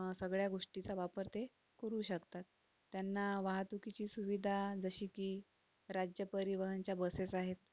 सगळ्या गोष्टीचा वापर ते करू शकतात त्यांना वाहतुकीची सुविधा जशी की राज्यपरिवहनच्या बसेस आहेत